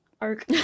arc